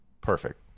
perfect